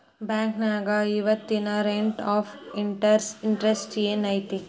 ಬಾಂಕ್ನ್ಯಾಗ ಇವತ್ತಿನ rate of interest ಏನ್ ಐತಿ